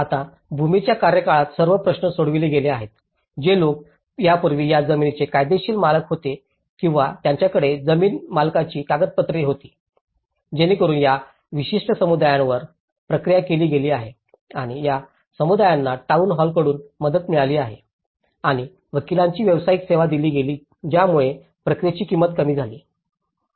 आता भूमीकाच्या कार्यकाळात सर्व प्रश्न सोडले गेले आहेत जे लोक यापूर्वीच या जमिनीचे कायदेशीर मालक होते किंवा त्यांच्याकडे जमीन मालकीची कागदपत्रे होती जेणेकरून या विशिष्ट समुदायांवर प्रक्रिया केली गेली आहे आणि या समुदायांना टाऊन हॉलकडून मदत मिळाली आहे आणि वकिलांची व्यावसायिक सेवा दिली गेली ज्यामुळे प्रक्रियेची किंमत कमी झाली